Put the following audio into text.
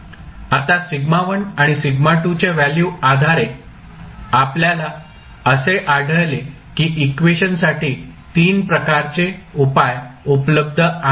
आता σ1 आणि σ2 च्या व्हॅल्यू आधारे आपल्याला असे आढळले की इक्वेशनसाठी 3 प्रकारचे उपाय उपलब्ध आहेत